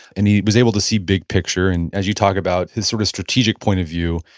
and he was able to see big picture, and as you talk about, his sort of strategic point of view.